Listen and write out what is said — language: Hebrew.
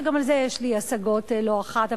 ואשר גם עליהם יש לי השגות לא אחת.